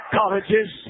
colleges